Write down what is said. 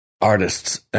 artists